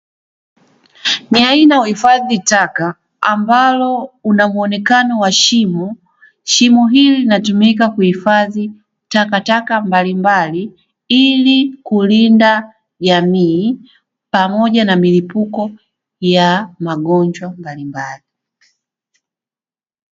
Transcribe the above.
Ni aina ya uhifadhi taka ambalo linamuonekano wa shimo, shimo hili hutumika kuhifadhi takataka mbalimbali ilikulinda jamii pamoja na milipuko ya magonjwa mbalimbali.